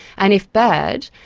and if bad,